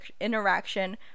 interaction